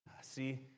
See